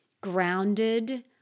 grounded